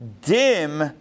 dim